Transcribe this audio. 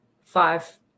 five